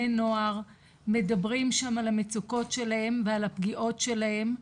נוער מדברים שם על המצוקות שלהם ועל הפגיעות שלהם,